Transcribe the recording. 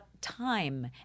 time